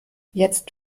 jetzt